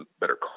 better